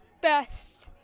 best